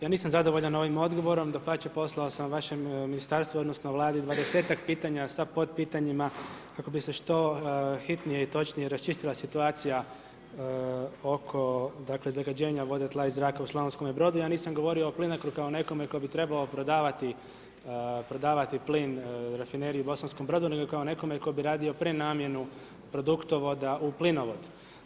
Ja nisam zadovoljan ovim odgovorom, dapače, poslao sam vašem ministarstvu odnosno Vladi dvadesetak pitanja sa potpitanjima kako bi se što hitnije i točnije raščistila situacija oko zagađenja vode, tla i zraka u Slavonskom Brodu, ja nisam govorio o Plinacro kao nekome tko bi trebao prodavati plin rafineriji Bosanskom Brodu nego kao nekome tko bi radio prenamjenu produktovoda u plinovod.